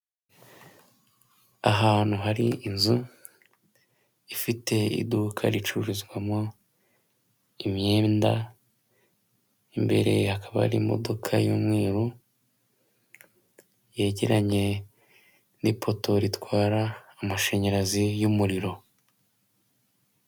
Ahantu hari inzu ifite iduka ricururizwamo imyenda, imbere hakaba ari imodoka y'umweru yegeranye n'ipoto itwara amashanyarazi yumuriro.